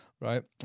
right